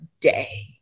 day